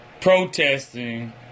protesting